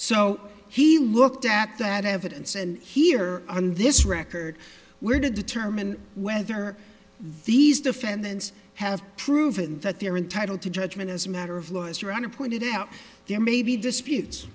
so he looked at that evidence and here on this record were to determine whether these defendants have proven that they are entitled to judgment as a matter of law as your honor pointed out there may be disputes